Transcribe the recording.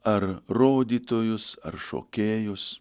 ar rodytojus ar šokėjus